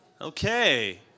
Okay